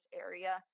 area